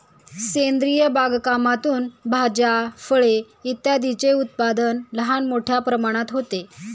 सेंद्रिय बागकामातून भाज्या, फळे इत्यादींचे उत्पादन लहान मोठ्या प्रमाणात होते